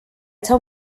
taw